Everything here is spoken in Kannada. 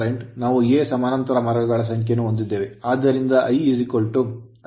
ನಾವು A ಸಮಾನಾಂತರ ಮಾರ್ಗಗಳ ಸಂಖ್ಯೆಯನ್ನು ಹೊಂದಿದ್ದೇವೆ ಆದ್ದರಿಂದ I Ia A ಆಗಿರಬೇಕು